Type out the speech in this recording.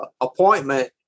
appointment